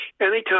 Anytime